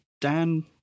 Dan